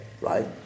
right